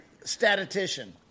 statistician